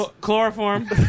chloroform